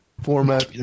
Format